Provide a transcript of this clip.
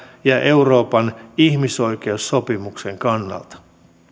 ja euroopan ihmisoikeussopimuksen kannalta